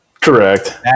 Correct